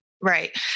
Right